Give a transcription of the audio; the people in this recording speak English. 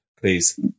please